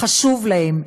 חשוב להם,